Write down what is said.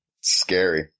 Scary